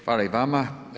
Hvala i vama.